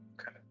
Okay